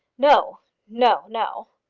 no, no, no.